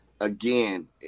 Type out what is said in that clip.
Again